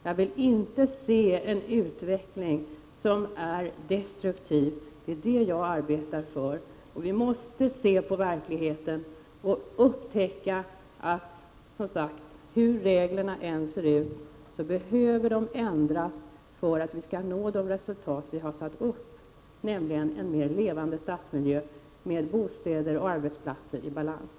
Jag vill inte se en utveckling som är destruktiv. Det är det målet som jag arbetar för. Vi måste se verkligheten och upptäcka att hur reglerna än ser ut behöver de ändras för att vi skall nå de mål som vi har satt upp för oss, nämligen en mer levande stadsmiljö med bostäder och arbetsplatser i balans.